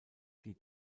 die